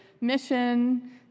mission